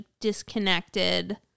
disconnected